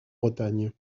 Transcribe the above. bretagne